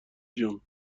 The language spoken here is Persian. جون